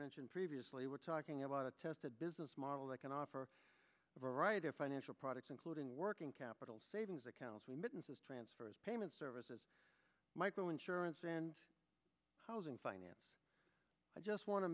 mentioned previously we're talking about a tested business model that can offer a variety of financial products including working capital savings accounts remittances transfers payment services micro insurance and housing finance i just want to